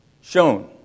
shown